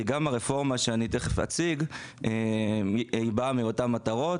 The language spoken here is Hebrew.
כי גם הרפורמה שאני אציג באה מאותן מטרות.